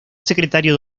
secretario